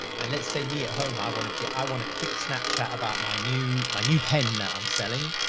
and let's say me at home, i wanted to get, i want a quick snapchat about my new, my new pen that i'm selling,